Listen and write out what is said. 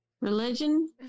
Religion